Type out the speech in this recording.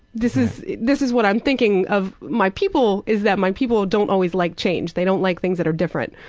this is this is what i'm thinking of my people, is that my people don't always like change. they don't like things that are different.